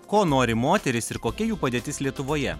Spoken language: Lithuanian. ko nori moterys ir kokia jų padėtis lietuvoje